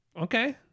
Okay